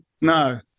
No